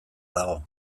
dago